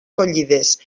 collides